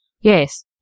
Yes